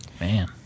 Man